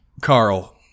Carl